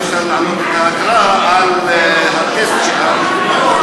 אפשר להעלות את גובה האגרה על הטסט של המכוניות,